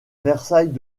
versailles